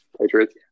Patriots